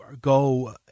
go